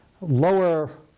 lower